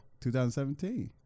2017